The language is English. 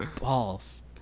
balls